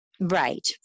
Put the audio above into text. right